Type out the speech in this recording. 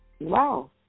Wow